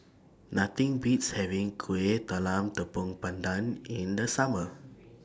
Nothing Beats having Kuih Talam Tepong Pandan in The Summer